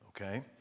okay